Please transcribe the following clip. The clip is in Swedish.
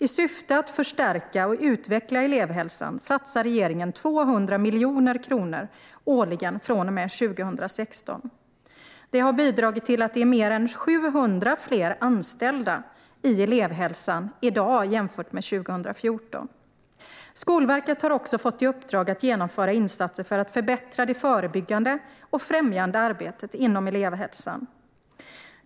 I syfte att förstärka och utveckla elevhälsan satsar regeringen 200 miljoner kronor årligen från och med 2016. Detta har bidragit till att det är fler än 700 fler anställda i elevhälsan i dag jämfört med 2014. Skolverket har också fått i uppdrag att genomföra insatser för att förbättra det förebyggande och främjande arbetet inom elevhälsan.